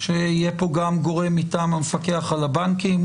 שיהיה פה גם גורם מטעם המפקח על הבנקים,